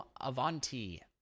avanti